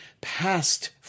past